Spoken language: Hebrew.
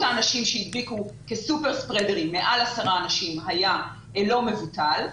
האנשים שהדביקו כסופר ספרדרים מעל 10 אנשים הייתה לא מבוטלת,